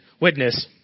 witness